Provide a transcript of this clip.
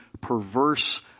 perverse